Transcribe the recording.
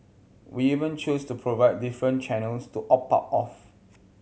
we even choose to provide different channels to opt out of